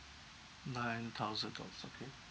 nine thousand dollars okay